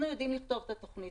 אנחנו יודעים לכתוב את התוכנית,